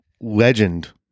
legend